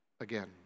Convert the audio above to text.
again